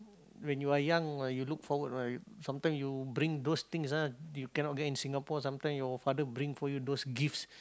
when you are young uh you look forward right sometime you bring those things ah you cannot get in Singapore sometime your father bring for you those gifts